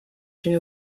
une